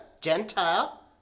Gentile